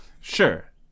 Sure